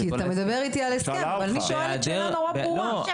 כי אתה מדבר איתי על ההסכם ואני שואלת שאלה נורא ברורה.